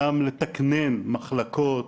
גם לתקנן מחלקות,